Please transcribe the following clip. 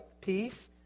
peace